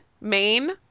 Maine